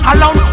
Alone